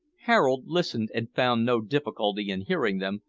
harold listened and found no difficulty in hearing them,